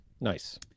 Nice